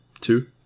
Two